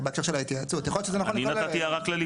אני נתתי הערה כללית.